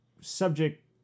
subject